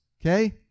Okay